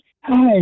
Hi